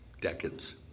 decades